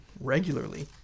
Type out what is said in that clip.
regularly